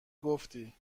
گفتی